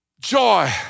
joy